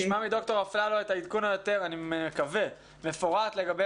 אני מקווה שנשמע מדוקטור אפללו עדכון יותר מפורט לגבי